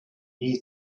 new